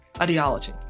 ideology